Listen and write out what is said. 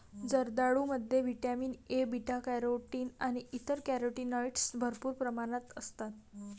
जर्दाळूमध्ये vitamin A, beta carotene आणि इतर कॅरोटीनॉइड्स भरपूर प्रमाणात असतात